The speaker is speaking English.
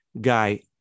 guy